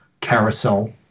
carousel